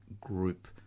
group